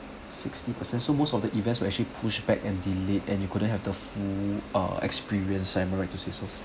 sixty percent so most of the events were actually pushed back and delayed and you couldn't have the full uh experience so am I right to say so